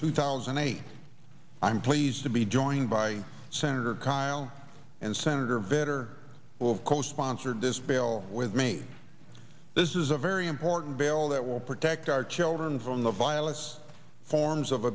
two thousand and eight i'm pleased to be joined by senator kyl and senator vitter will co sponsored this bill with me this is a very important veil that will protect our children from the violence forms of